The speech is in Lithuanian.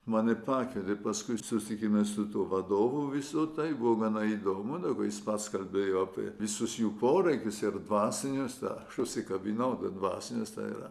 man ir pakeliui paskui susitikime su tuo vadovu visu tai buvo gana įdomu daugiau jis paskelbė jau apie visus jų poreikius ir dvasinius dar užsikabinau dvasinės tai yra